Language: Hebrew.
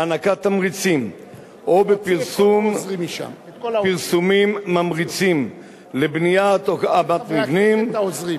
הענקת תמריצים או בפרסומים ממריצים לבניית או הקמת מבנים,